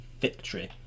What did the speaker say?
victory